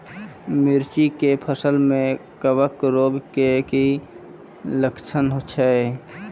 मिर्ची के फसल मे कवक रोग के की लक्छण छै?